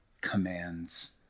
commands